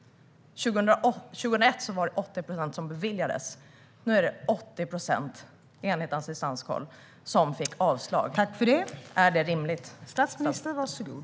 År 2001 var det 80 procent som beviljades; nu är det enligt Assistanskoll 80 procent som får avslag. Är detta rimligt?